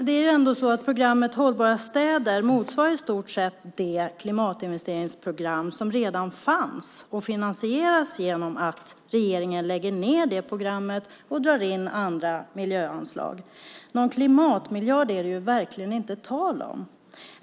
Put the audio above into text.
Det är ändå så att programmet Hållbara städer i stort sett motsvarar det klimatinvesteringsprogram som redan fanns och finansieras genom att regeringen lägger ned det programmet och drar in andra miljöanslag. Någon klimatmiljard är det verkligen inte tal om.